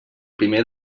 primer